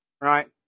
Right